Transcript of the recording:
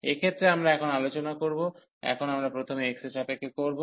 এক্ষেত্রে আমরা এখন আলোচনা করব এখন আমরা প্রথমে x এর সাপেক্ষে করব